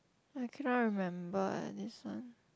I cannot remember ah this one